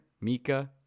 Mika